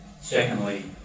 Secondly